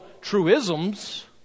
truisms